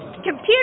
Computer